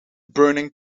burning